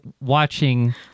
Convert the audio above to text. watching